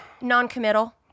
Non-committal